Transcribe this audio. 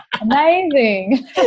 Amazing